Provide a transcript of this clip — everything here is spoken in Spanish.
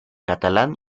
catalán